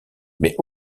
mais